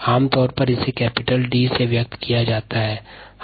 आमतौर पर इसे कैपिटल D से व्यक्त किया जाता है